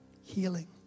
healing